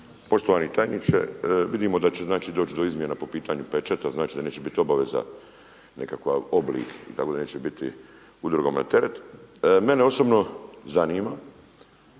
Poštovani tajniče, vidimo znači da će doći do izmjena po pitanju pečata, znači da neće biti obaveza nekakav oblik i tako da neće biti udrugama teret. Mene osobno zanima